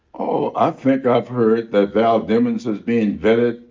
oh, i think i've heard that val demings has been vetted.